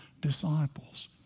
disciples